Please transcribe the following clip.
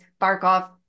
Barkov